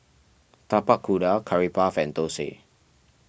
Tapak Kuda Curry Puff and Thosai